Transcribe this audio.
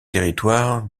territoire